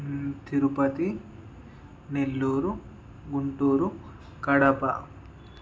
Tirupati Nellore Guntur Kadapa